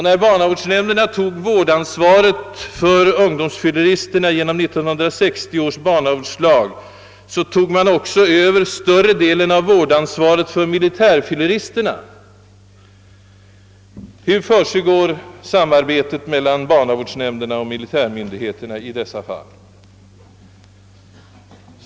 När barnavårdsnämnderna genom 1960 års barnavårdslag fick ansvaret för ungdomsfylleristerna, övertog de också vårdansvaret för större delen av militärfylleristerna. Hur försiggår samarbetet mellan barnavårdsnämnderna och militärmyndigheterna i dessa fall?